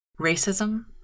Racism